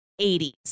80s